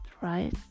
right